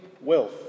wealth